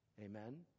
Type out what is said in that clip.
Amen